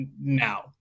now